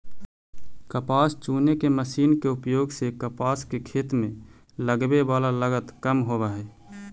कपास चुने के मशीन के उपयोग से कपास के खेत में लगवे वाला लगत कम होवऽ हई